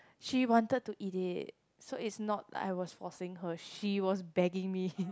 she wanted to eat it so is not like I was forcing her she was begging me